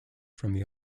from